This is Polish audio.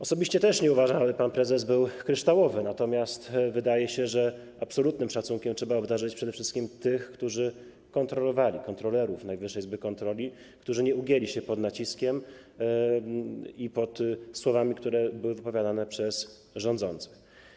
Osobiście też nie uważam, żeby pan prezes był kryształowy, natomiast wydaje się, że absolutnym szacunkiem trzeba obdarzyć przede wszystkim tych, którzy kontrolowali, kontrolerów Najwyższej Izby Kontroli, którzy nie ugięli się przed naciskiem i przed słowami, które były wypowiadane przez rządzących.